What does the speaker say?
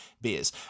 beers